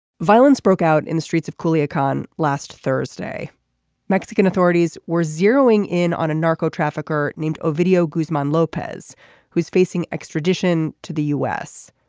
violence broke out in the streets of coolio. last thursday mexican authorities were zeroing in on a narco trafficker named video guzman lopez who's facing extradition to the u s.